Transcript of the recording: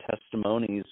testimonies